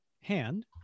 hand